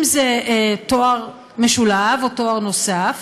אם זה תואר משולב או תואר נוסף,